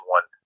One